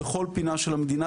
בכל פינה של המדינה,